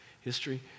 history